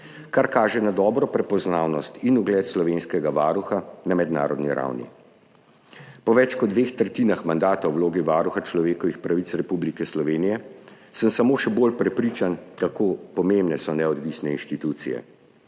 kar kaže na dobro prepoznavnost in ugled slovenskega varuha na mednarodni ravni. Po več kot dveh tretjinah mandata v vlogi varuha človekovih pravic Republike Slovenije sem samo še bolj prepričan, kako pomembne so neodvisne institucije.